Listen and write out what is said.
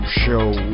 show